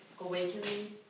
Awakening